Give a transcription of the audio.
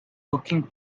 cooking